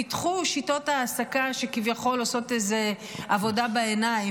פיתחו שיטות העסקה שכביכול עושות איזו עבודה בעיניים,